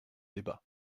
débat